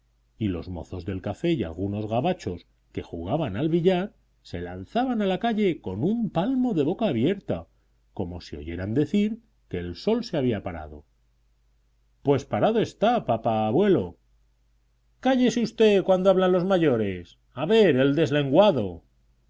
y los mozos del café y algunos gabachos que jugaban al billar se lanzaban a la calle con un palmo de boca abierta como si oyeran decir que el sol se había parado pues parado está papá abuelo cállese usted cuando hablan los mayores a ver el deslenguado